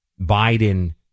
Biden